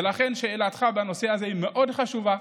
ולכן, שאלתך בנושא הזה היא מאוד חשובה.